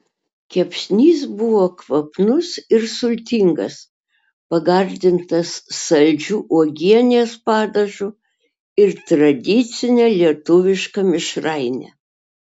kepsnys buvo kvapnus ir sultingas pagardintas saldžiu uogienės padažu ir tradicine lietuviška mišraine